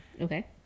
Okay